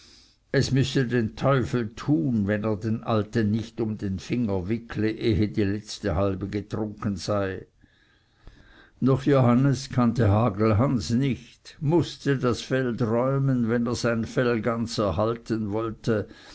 es müsse den teufel tun wenn er den alten nicht um den finger wickle ehe die letzte halbe getrunken sei doch johannes kannte hagelhans nicht mußte das feld räumen wenn er sein fell ganz erhalten wollte